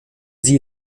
sie